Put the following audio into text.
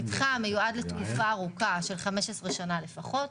המתחם מיועד לתקופה ארוכה של 15 שנה, לפחות.